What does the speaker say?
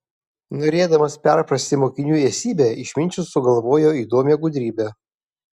norėdamas perprasti mokinių esybę išminčius sugalvojo įdomią gudrybę